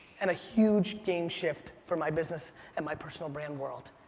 and a huge game shift for my business and my personal brand world.